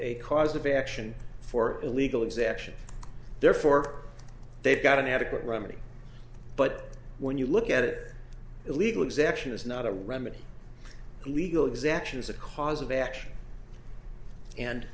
state cause of action for illegal exemption therefore they've got an adequate remedy but when you look at it illegal exaction is not a remedy legal exaction is a cause of action and